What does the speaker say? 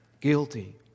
guilty